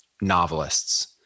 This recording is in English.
novelists